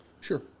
Sure